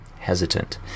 Hesitant